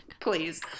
Please